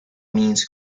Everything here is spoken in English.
means